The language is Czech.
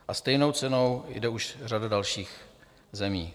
A stejnou cenou jde už řada dalších zemí.